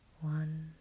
one